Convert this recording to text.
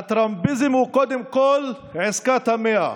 הטראמפיזם הוא קודם כול עסקת המאה.